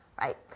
right